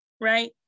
right